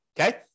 okay